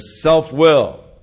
self-will